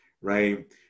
right